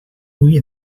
avui